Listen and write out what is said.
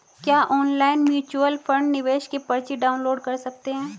क्या online mutual fund निवेश की पर्ची डाउनलोड कर सकते हैं?